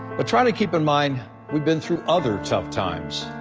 but try to keep in mind we've been through other tough times.